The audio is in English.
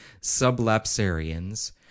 sublapsarians